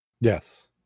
yes